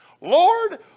Lord